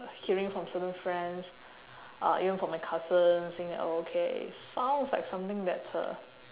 hearing from certain friends uh even from my cousin saying that okay sounds like something that uh